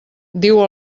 diu